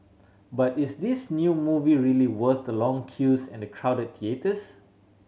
but is this new movie really worth the long queues and the crowd theatres